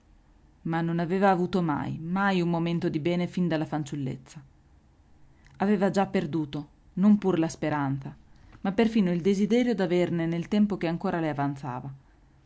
ma non aveva avuto mai mai un momento di bene fin dalla fanciullezza aveva già perduto non pur la speranza ma perfino il desiderio d'averne nel tempo che ancora le avanzava